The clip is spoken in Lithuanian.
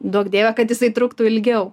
duok dieve kad jisai truktų ilgiau